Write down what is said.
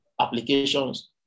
applications